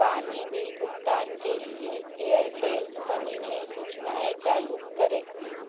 पानी बिल भुगतान के लिए एयरटेल मनी में सूचनाएँ चालू करें